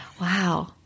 Wow